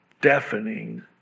deafening